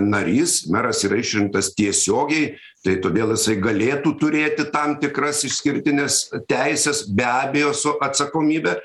narys meras yra išrinktas tiesiogiai tai todėl jisai galėtų turėti tam tikras išskirtines teises be abejo su atsakomybe